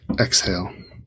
exhale